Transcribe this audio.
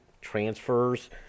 transfers –